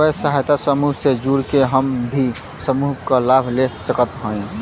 स्वयं सहायता समूह से जुड़ के हम भी समूह क लाभ ले सकत हई?